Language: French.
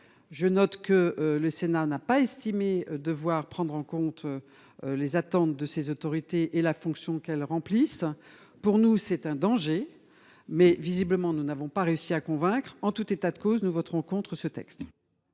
Je note que le Sénat n’a pas estimé devoir prendre en compte les attentes de ces autorités et la fonction qu’elles remplissent. Pour nous, cela représente un danger. Visiblement, nous n’avons pas réussi à convaincre. En tout état de cause, nous voterons contre ce texte.